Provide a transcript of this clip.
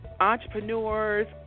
entrepreneurs